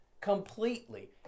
completely